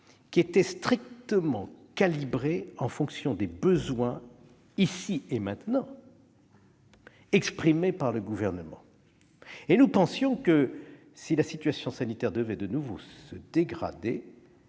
qui étaient strictement calibrées en fonction des besoins, ici et maintenant, exprimés par le Gouvernement. Nous estimions que, si la situation sanitaire devait de nouveau se dégrader,